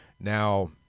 Now